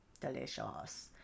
Delicious